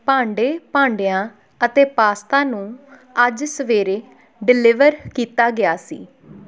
ਭਾਂਡੇ ਭਾਂਡਿਆਂ ਅਤੇ ਪਾਸਤਾ ਨੂੰ ਅੱਜ ਸਵੇਰੇ ਡਿਲਿਵਰ ਕੀਤਾ ਗਿਆ ਸੀ